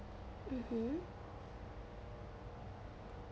mmhmm